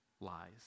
lies